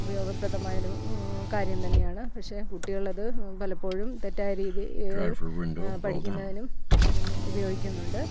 ഉപയോഗപ്രദമായൊരു കാര്യം തന്നെയാണ് പക്ഷേ കുട്ടികൾ അത് പലപ്പോഴും തെറ്റായ രീതിയിൽ പഠിക്കുന്നതിനും ഉപയോഗിക്കുന്നുണ്ട്